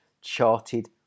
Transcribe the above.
charted